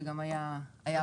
שגם היה בדיונים.